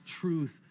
truth